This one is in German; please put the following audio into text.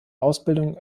ausbildung